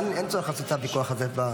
אין צורך לעשות את הוויכוח הזה.